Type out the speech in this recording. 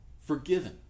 forgiven